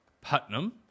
Putnam